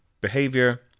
behavior